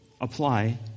apply